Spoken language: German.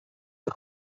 wir